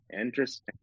Interesting